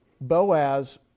Boaz